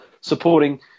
supporting